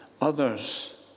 others